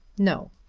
no.